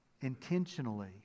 intentionally